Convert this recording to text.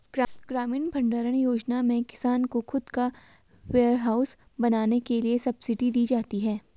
ग्रामीण भण्डारण योजना में किसान को खुद का वेयरहाउस बनाने के लिए सब्सिडी दी जाती है